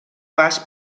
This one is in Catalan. pas